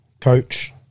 coach